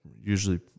usually